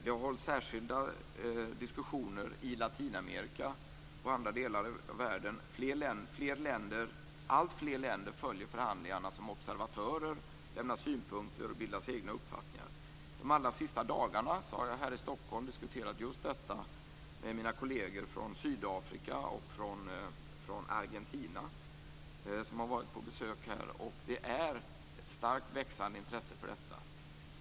Vi har genomfört särskilda diskussioner i Latinamerika och i andra delar av världen. Alltfler länder följer förhandlingarna som observatörer, lämnar synpunkter och bildar sig egna uppfattningar. Under de allra senaste dagarna har jag här i Stockholm diskuterat just detta med mina kolleger från Sydafrika och från Argentina, som har varit på besök här. Det finns ett starkt växande intresse för detta.